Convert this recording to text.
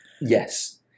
yes